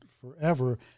forever